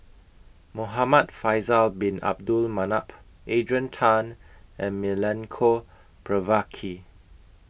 Muhamad Faisal Bin Abdul Manap Adrian Tan and Milenko Prvacki